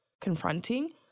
confronting